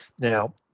Now